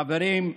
חברים,